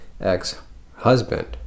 Ex-husband